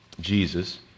Jesus